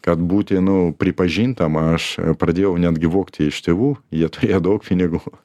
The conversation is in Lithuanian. kad būti nu pripažintam aš pradėjau netgi vogti iš tėvų jie turėjo daug pinigų